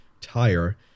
tire